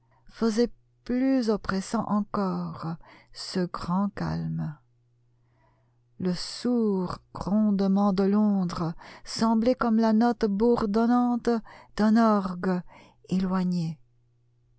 faisait plus oppressant encore ce grand calme le sourd grondement de londres semblait comme la note bourdonnante d'un orgue éloigné